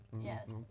Yes